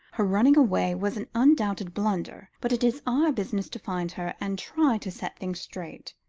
her running away was an undoubted blunder, but it is our business to find her, and try to set things straight.